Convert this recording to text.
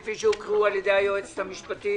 כפי שהוקראו על-ידי היועצת המשפטית?